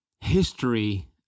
history